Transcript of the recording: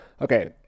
Okay